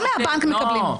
גם מהבנק מקבלים.